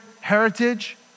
heritage